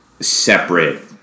separate